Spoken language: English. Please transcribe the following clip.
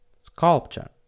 sculpture